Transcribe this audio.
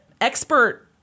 expert